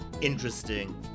interesting